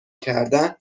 کردن